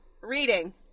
reading